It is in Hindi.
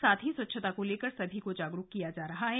साथ ही स्वच्छता को लेकर सभी को जागरुक किया जा रहा है